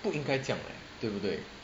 不应该这样 leh 对不对